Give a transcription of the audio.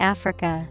Africa